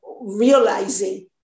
realizing